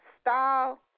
Style